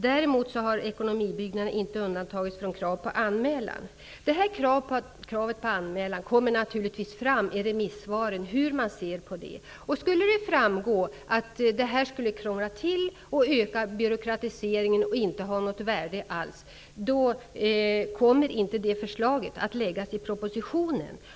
Däremot har ekonomibyggnader inte undantagits från kravet på anmälan. Det kommer naturligtvis att framgå av remissvaren hur man ser på detta. Skulle det framgå att en anmälningsplikt skulle krångla till det, öka byråkratiseringen och att den inte har något värde alls, kommer inte ett förslag om anmälningsplikt att läggas fram i propositionen.